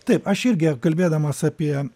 taip aš irgi kalbėdamas apie